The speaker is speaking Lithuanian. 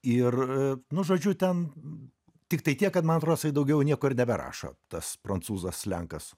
ir nu žodžiu ten tiktai tiek kad man atrodo jisai daugiau nieko ir neberašo tas prancūzas lenkas